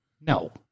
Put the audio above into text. no